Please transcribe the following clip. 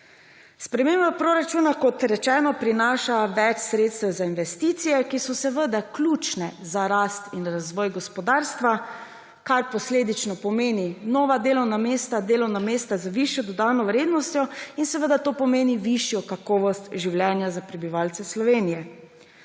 Sprememba proračuna, kot rečeno, prinaša več sredstev za investicije, ki so seveda ključne za rast in razvoj gospodarstva, kar posledično pomeni nova delovna mesta, delovna mesta z višjo dodano vrednostjo, in seveda to pomeni višjo kakovost življenja za prebivalce Slovenije.